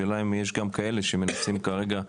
השאלה אם יש גם כאלה שמנסים לעבור.